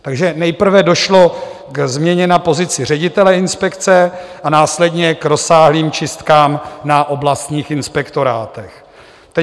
Takže nejprve došlo ke změně na pozici ředitele Inspekce a následně k rozsáhlým čistkám na oblastních inspektorátech.